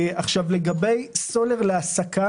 לגבי סולר להסקה